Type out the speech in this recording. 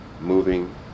moving